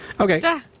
Okay